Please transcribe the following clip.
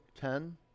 Ten